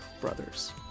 brothers